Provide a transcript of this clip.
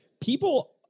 People